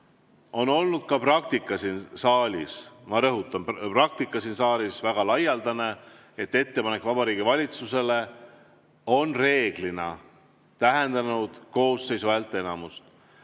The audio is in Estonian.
On olnud ka praktika siin saalis – ma rõhutan: praktika siin saalis – väga laialdane, et ettepanek Vabariigi Valitsusele on reeglina tähendanud koosseisu häälteenamust.